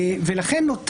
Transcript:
ולכן,